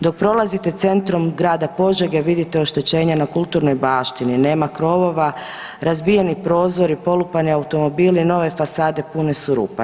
Dok prolazite centrom grada Požege vidite oštećenja na kulturnoj baštini, nema krovova, razbijeni krovovi, polupani automobili, nove fasade pune su rupa.